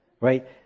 right